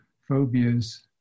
phobias